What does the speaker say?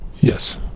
Yes